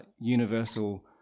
universal